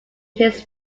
his